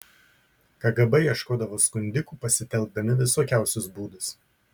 kgb ieškodavo skundikų pasitelkdami visokiausius būdus